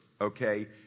okay